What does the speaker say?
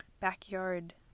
backyard